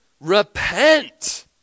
repent